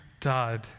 died